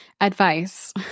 advice